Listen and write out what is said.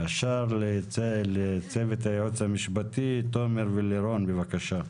יש לצוות הייעוץ המשפטי, תומר ולירון בבקשה.